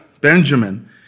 Benjamin